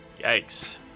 Yikes